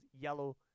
yellow